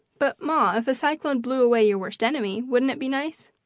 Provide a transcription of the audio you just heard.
but, ma, if a cyclone blew away your worst enemy wouldn't it be nice?